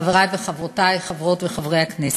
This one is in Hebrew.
חברי וחברותי חברות וחברי הכנסת,